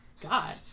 God